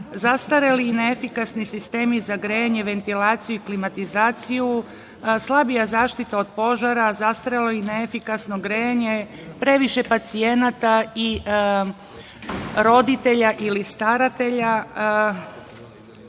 zastareli i neefikasni sistemi za grejanje, ventilaciju i klimatizaciju, slabija zaštita od požara, zastarelo i neefikasno grejanje, previše pacijenata i roditelja ili staratelja